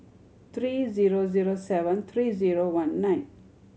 three zero zero seven three zero one nine